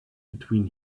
between